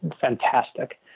fantastic